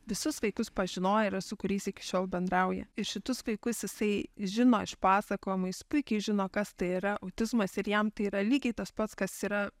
visus vaikus pažinojo yra su kuriais iki šiol bendrauja ir šitus vaikus jisai žino iš pasakojimų jis puikiai žino kas tai yra autizmas ir jam tai yra lygiai tas pats kas yra